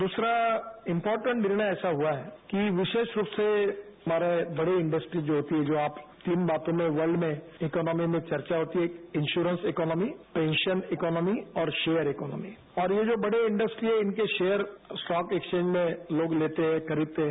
दूसरा इम्पोर्टेट निर्णय ऐसा हुआ है कि विशेष रूप से हमारी बड़ी इंडस्ट्रीज जो होती है जो आप तीन बातों में वर्ल्ड में इकोनॉमी में चर्चा होती है इंशोरेंस इकोनॉमी पेंशन इकोनॉमी और शेयर इकोनॉमी और ये जो बड़ी इंडस्ट्री हैं इनके शेयर स्टॉक एक्सचेंज में लोग लेते हैं खरीदते है